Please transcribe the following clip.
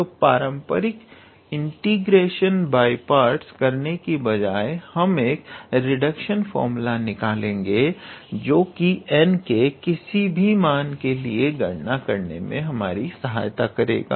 तो पारंपरिक integration by parts करने की बजाय हम एक रिडक्शन फार्मूला निकालेंगे जो कि n के किसी भी मान के लिए गणना करने में हमारी सहायता करेगा